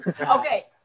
Okay